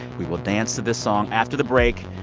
we will dance to this song after the break.